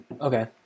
Okay